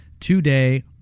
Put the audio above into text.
today